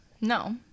no